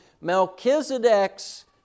Melchizedek's